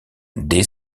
dès